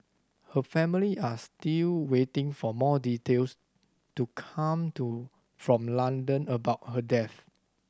her family are still waiting for more details to come to from London about her death